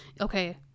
okay